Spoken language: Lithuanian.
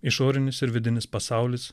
išorinis ir vidinis pasaulis